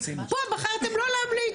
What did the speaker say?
פה בחרתם לא להמליץ.